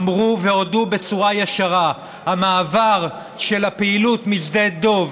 אמרו והודו בצורה ישרה: המעבר של הפעילות משדה דב